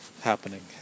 happening